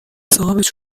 صاحابش